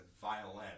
violin